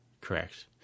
Correct